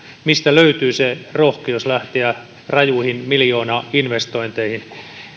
mistä löytyy se rohkeus lähteä rajuihin miljoonainvestointeihin